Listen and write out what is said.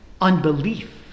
unbelief